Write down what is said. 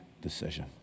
decision